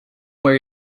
wear